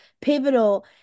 pivotal